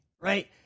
Right